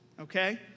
okay